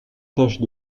tâche